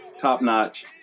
top-notch